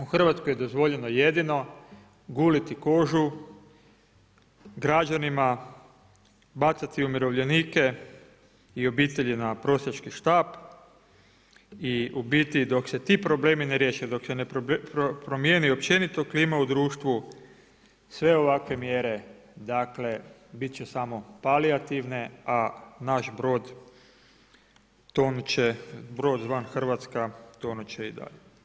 U Hrvatskoj je dozvoljeno jedino guliti kožu građanima, bacati umirovljenike i obitelji na prosjački štap i u biti dok se ti problemi ne riješe, dok se ne promijeni općenito klima u društvu sve ovakve mjere bit će samo palijativne, a naš brod tonut će, brod zvan Hrvatska tonut će i dalje.